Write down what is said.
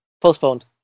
Postponed